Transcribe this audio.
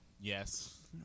Yes